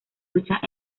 luchas